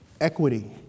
Equity